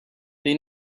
they